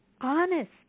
Honest